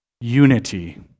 unity